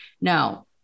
Now